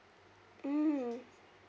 mm